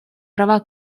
права